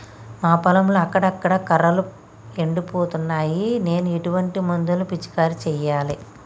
మా పొలంలో అక్కడక్కడ కర్రలు ఎండిపోతున్నాయి నేను ఎటువంటి మందులను పిచికారీ చెయ్యాలే?